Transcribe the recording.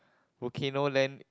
volcano land